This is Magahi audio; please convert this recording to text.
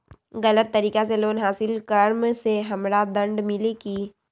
गलत तरीका से लोन हासिल कर्म मे हमरा दंड मिली कि?